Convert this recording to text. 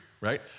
right